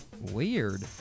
Weird